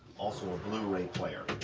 also a blu-ray player,